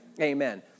Amen